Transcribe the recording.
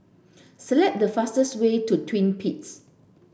select the fastest way to Twin Peaks